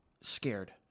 scared